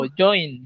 join